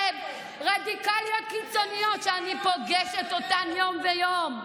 לבוא ולהגיד להן "רדיקליות קיצוניות" שאני פוגשת אותן יום-יום.